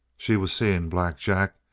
she was seeing black jack,